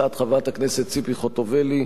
הצעת חברת הכנסת ציפי חוטובלי,